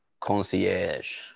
concierge